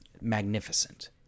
magnificent